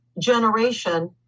generation